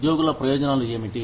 ఉద్యోగుల ప్రయోజనాలు ఏమిటి